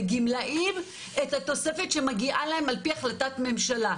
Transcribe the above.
לגמלאים את התוספת שמגיעה להם על פי החלטת ממשלה.